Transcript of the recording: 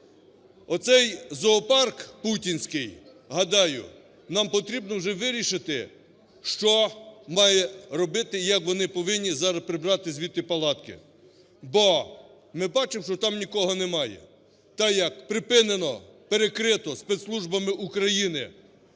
Оцей зоопарк путінський, гадаю, нам потрібно вже вирішити, що має робити і як вони повинні зараз прибрати з відти палатки. Бо ми бачимо, що там нікого немає. Так, як припинено, перекрито спецслужбами України